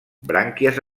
brànquies